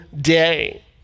day